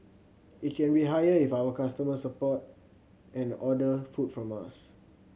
it can be higher if our customers support and order food from us